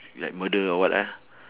like murder or what lah